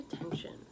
attention